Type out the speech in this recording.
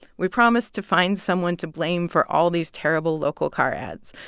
we promised to find someone to blame for all of these terrible local car ads.